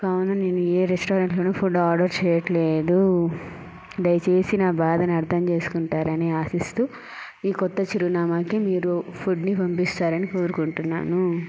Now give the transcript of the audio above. కావున నేను ఏ రెస్టారెంట్ లోను ఫుడ్ ఆర్డర్ చేయట్లేదు దయచేసి నా బాధను అర్థం చేసుకుంటారని ఆశిస్తూ ఈ కొత్త చిరునామాకి మీరు ఫుడ్ ని పంపిస్తారని కోరుకుంటున్నాను